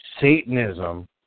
Satanism